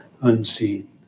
unseen